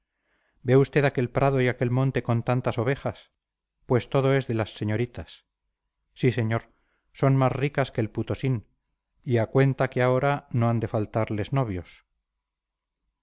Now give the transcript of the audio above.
ve usted aquel prado y aquel monte con tantas ovejas pues todo es de las señoritas sí señor son más ricas que el putosín y a cuenta que ahora no han de faltarles novios